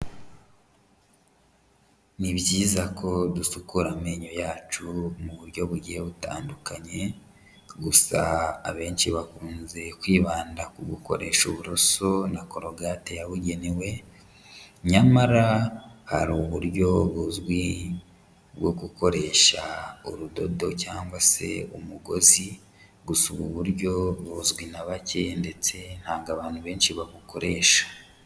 Ni byiza ko dusukura amenyo yacu mu buryo bugiye butandukanye, gusa abenshi bakunze kwibanda ku gukoresha uburoso na korogate yabugenewe, nyamara hari uburyo buzwi bwo gukoresha urudodo cyangwa se umugozi, gusa ubu buryo buzwi na bake ndetse ntabwo abantu benshi babubukoresha.